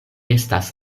estas